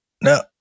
No